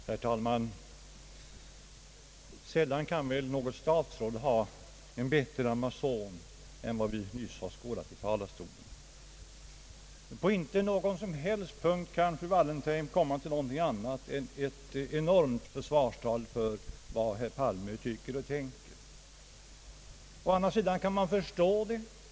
Herr talman! Sällan har väl något statsråd haft en bättre amazon än vad vi nu skådat i talarstolen. Inte på en enda punkt kan fru Wallentheim komma till något annat än ett enormt försvarstal för vad herr Palme tycker och tänker. Å andra sidan kan man förstå det.